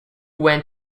went